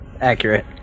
Accurate